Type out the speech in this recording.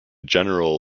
general